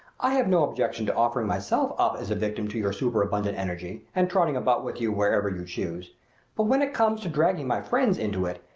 i have no objection to offering myself up as a victim to your super-abundant energy and trotting about with you wherever you choose but when it comes to dragging my friends into it,